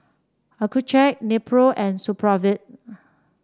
Accucheck Nepro and Supravit